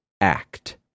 act